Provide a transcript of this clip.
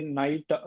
night